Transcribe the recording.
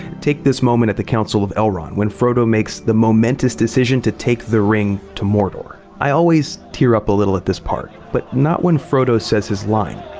take this moment at the council of elrond, when frodo makes the momentous decision to carry the ring to mordor. i always tear up a little at this part, but not when frodo says his line,